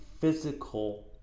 physical